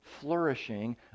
flourishing